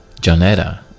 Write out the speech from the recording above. Janetta